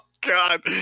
god